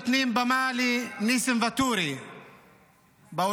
נותנים במה לניסים ואטורי באולפנים,